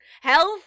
Health